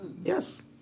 Yes